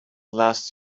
last